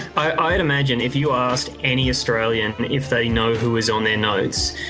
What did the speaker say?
i would imagine if you asked any australian if they know who is on their notes,